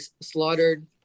slaughtered